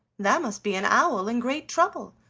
that must be an owl in great trouble,